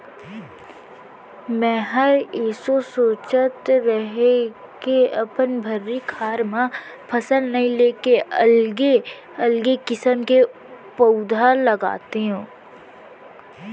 मैंहर एसो सोंचत रहें के अपन भर्री खार म फसल नइ लेके अलगे अलगे किसम के पउधा लगातेंव